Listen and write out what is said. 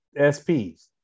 SPs